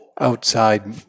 outside